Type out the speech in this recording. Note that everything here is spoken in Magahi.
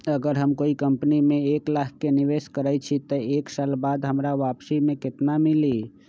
अगर हम कोई कंपनी में एक लाख के निवेस करईछी त एक साल बाद हमरा वापसी में केतना मिली?